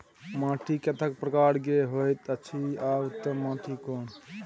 माटी कतेक प्रकार के होयत अछि आ उत्तम माटी कोन?